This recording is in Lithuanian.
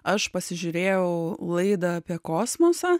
aš pasižiūrėjau laidą apie kosmosą